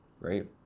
right